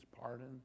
pardon